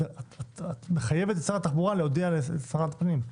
את מחייבת את שר התחבורה להודיע לשר הפנים,